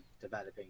developing